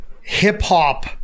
hip-hop